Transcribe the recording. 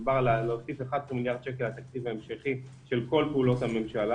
מדובר על הוספה של 11 מיליארד שקל לתקציב ההמשכי של כל פעולות הממשלה.